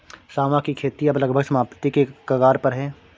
सांवा की खेती अब लगभग समाप्ति के कगार पर है